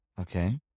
Okay